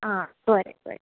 आ बरें बरें